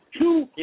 two